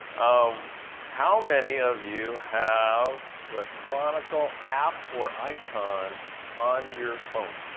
um how many of you have the chronicle app or icon on your phone?